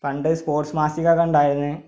പണ്ട് സ്പോട്സ് മാസികയൊക്കെ ഉണ്ടായിരുന്നു